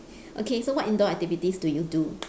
okay so what indoor activities do you do